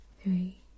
Three